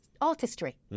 artistry